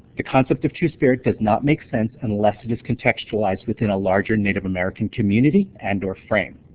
the concept of two-spirit does not make sense unless it is contextualized within a larger native american community and or frame.